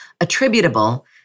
attributable